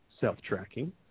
self-tracking